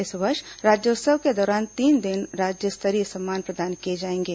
इस वर्ष राज्योत्सव के दौरान तीनों दिन राज्य स्तरीय सम्मान प्रदान किए जाएंगे